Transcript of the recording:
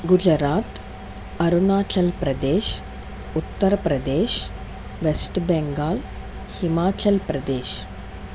Gujarat Arunachal Pradesh Uttar Pradesh West Bengal Himachal Pradesh